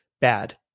bad